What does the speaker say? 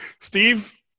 steve